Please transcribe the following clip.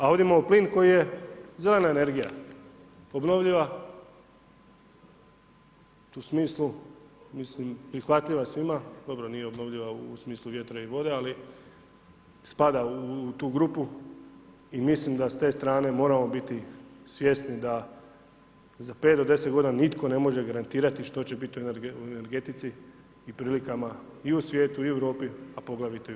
A ovdje imamo plin koji je zelena energija, obnovljiva u smislu mislim, prihvatljiva svima, dobro nije obnovljiva u smislu vjetra i vode, ali spada u tu grupu i mislim da se te strane moramo biti svjesni da za 5 do 10 godina nitko ne može garantirati što će biti u energetici i prilikama i u svijetu i u Europi, a poglavito i RH.